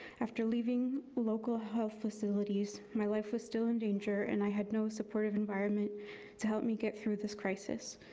after leaving the local health facilities, my life was still in danger, and i had no supportive environment to help me get through this crisis.